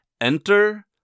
Enter